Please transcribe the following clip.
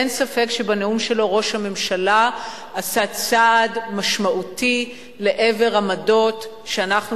אין ספק שבנאום שלו ראש הממשלה עשה צעד משמעותי לעבר עמדות שאנחנו